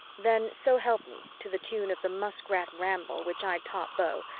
then, so help me, to the tune of the muskrat ramble, which i'd taught beau,